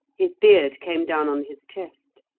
his beard came down on his chest.